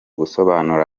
gusobanurira